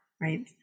right